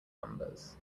numbers